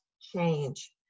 change